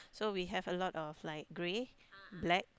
so we have a lot of like grey black